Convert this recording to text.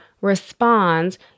responds